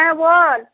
হ্যাঁ বল